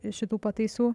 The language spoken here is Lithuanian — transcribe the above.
šitų pataisų